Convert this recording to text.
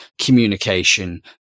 communication